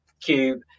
Cube